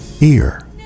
ear